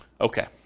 Okay